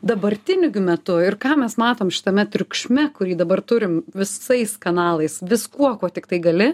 dabartiniu gi metu ir ką mes matom šitame triukšme kurį dabar turim visais kanalais viskuo kuo tiktai gali